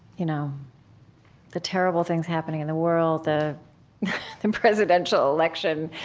you know the terrible things happening in the world, the and presidential election,